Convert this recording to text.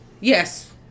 Yes